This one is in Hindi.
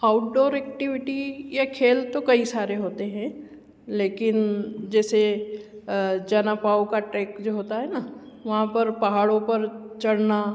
आउटडोर एक्टिविटी या खेल तो कई सारे होते हें लेकिन जैसे जना पाव का टेक जो होता है न वहाँ पर पहाड़ों पर चढ़ना